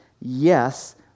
Yes